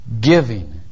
giving